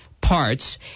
parts